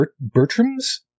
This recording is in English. Bertram's